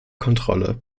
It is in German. kontrolle